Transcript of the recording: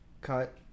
cut